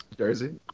Jersey